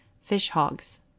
fish-hogs